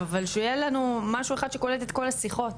אבל שיהיה לנו משהו אחד שקולט את כל השיחות.